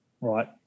right